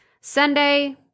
Sunday